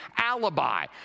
alibi